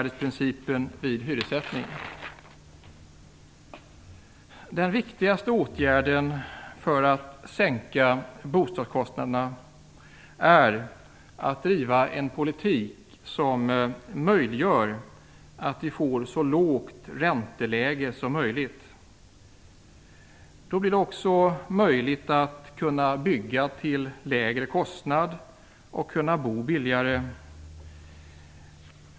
Den viktigaste åtgärden för att sänka bostadskostnaderna är att driva en politik som möjliggör att vi får så lågt ränteläge som möjligt. Då blir det också möjligt att bygga till lägre kostnad och att bo billigare.